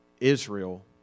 Israel